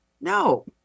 no